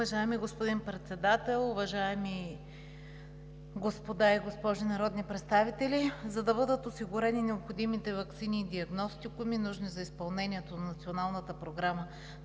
Уважаеми господин Председател, уважаеми госпожи и господа народни представители! За да бъдат осигурени необходимите ваксини и диагностикуми, нужни за изпълнението на Националната програма